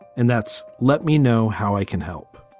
and that's let me know how i can help